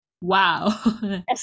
wow